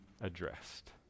addressed